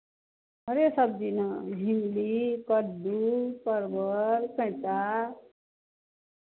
हरे सबजी ने भिण्डी कद्दू परवल कैँता